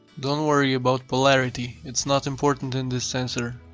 don't worry about polarity, it's not important in this sensor.